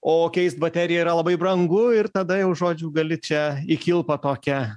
o keist bateriją yra labai brangu ir tada jau žodžiu gali čia į kilpą tokią